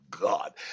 God